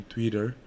Twitter